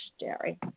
Jerry